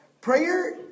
Prayer